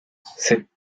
cette